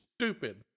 stupid